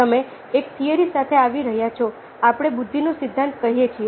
તમે એક થિયરી સાથે આવી રહ્યા છો આપણે બુદ્ધિનો સિદ્ધાંત કહીએ છીએ